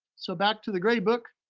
so back to the grade book.